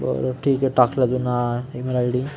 बरं ठीक आहे टाकला जुना ईमेल आय डी